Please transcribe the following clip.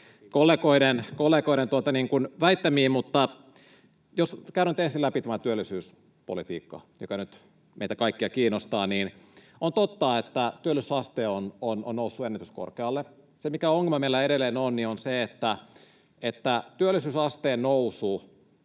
kollegoiden väittämiin. — Jos käydään ensin läpi tämä työllisyyspolitiikka, joka nyt meitä kaikkia kiinnostaa: On totta, että työllisyysaste on noussut ennätyskorkealle. Se, mikä ongelma meillä edelleen on, on se, että työllisyysasteen nousu